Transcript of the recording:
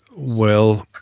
well,